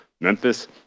Memphis